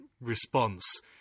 response